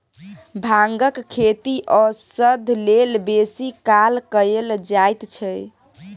भांगक खेती औषध लेल बेसी काल कएल जाइत छै